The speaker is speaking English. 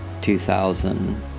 2000